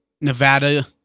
Nevada